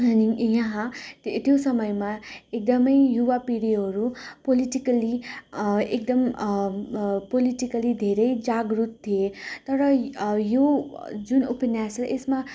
अनि यहाँ त्यो त्यो समयमा एकदम युवा पिँढीहरू पोलिटिकल्ली एकदम पोलिटिकल्ली धेरै जागरुक थिए तर यो जुन उपन्यास छ यसमा